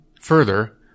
Further